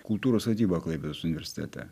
kultūros vadybą klaipėdos universitete